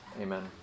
amen